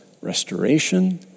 restoration